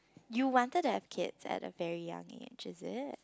you wanted to have kids at a very young age is it